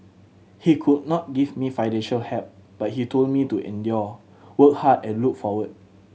he could not give me financial help but he told me to endure work hard and look forward